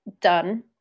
done